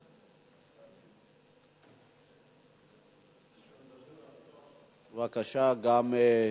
בבקשה, אדוני,